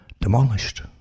Demolished